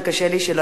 וקשה לי שלא,